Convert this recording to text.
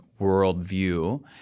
worldview